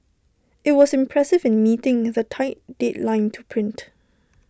IT was impressive in meeting of the tight deadline to print